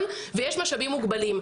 ויש משאבים מוגבלים.